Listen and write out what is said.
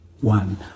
one